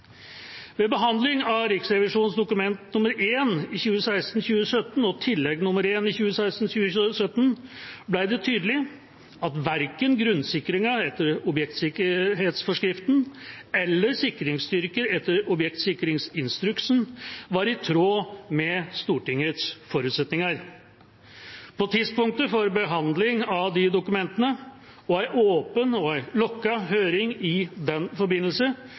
Ved behandling av Riksrevisjonens Dokument 1 for 2016–2017 og Tillegg nr. 1 til Dokument 1 for 2016–2017 ble det tydelig at verken grunnsikringen etter objektsikkerhetsforskriften eller sikringsstyrker etter objektsikringsinstruksen var i tråd med Stortingets forutsetninger. På tidspunktet for behandlingen av disse dokumentene – og en åpen og en lukket høring i den forbindelse